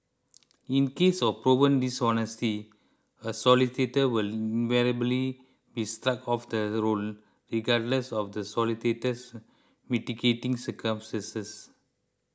in cases of proven dishonesty a solicitor will invariably be struck off the roll regardless of the solicitor's mitigating circumstances